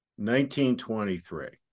1923